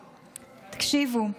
תקשיבו: